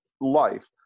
life